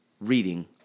reading